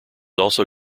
also